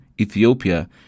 Ethiopia